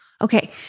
Okay